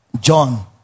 John